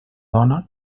dona